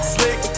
Slick